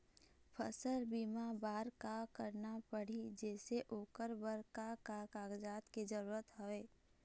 फसल बीमा बार का करना पड़ही जैसे ओकर बर का का कागजात के जरूरत हवे?